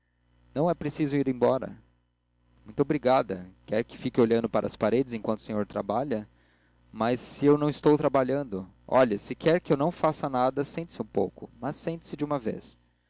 não é preciso ir embora muito obrigada quer que fique olhando para as paredes enquanto o senhor trabalha mas se eu não estou trabalhando olhe se quer que eu não faça nada sente-se um pouco mas sente-se de uma vez